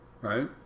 Right